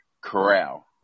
corral